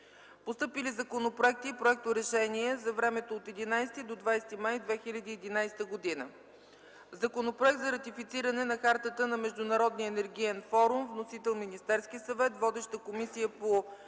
Постъпили законопроекти и проекторешения за времето от 11 до 20 май 2011 г.: Законопроект за ратифициране на Хартата на Международния енергиен форум. Вносител – Министерският съвет. Водеща е Комисията по икономическа